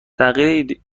تغییر